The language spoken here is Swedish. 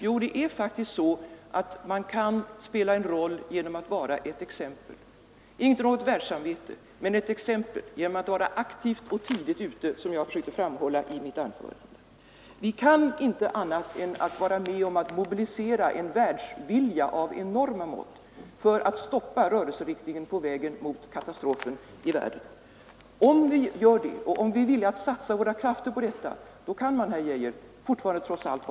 Jo, det är faktiskt så att man kan spela en roll genom att vara ett exempel — inte genom att vara ett världens samvete — och genom att vara aktiv och tidigt ute, som jag försökte framhålla i mitt anförande. Vi kan inte annat än att vara med om att mobilisera en världsvilja av enorma mått för att stoppa rörelseriktningen på väg mot katastrofen i världen. Om vi är villiga att satsa våra krafter på detta, då kan man, herr Geijer, fortfarande vara optimist.